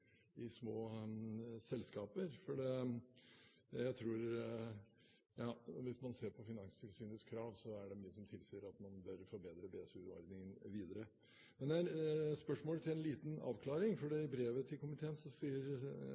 små selskaper. Hvis man ser på Finanstilsynets krav, er det mye som tilsier at man bør forbedre BSU-ordningen videre. Et spørsmål til en liten avklaring: I brevet til komiteen sier